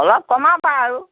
অলপ কমাবা আৰু